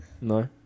No